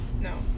No